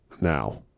now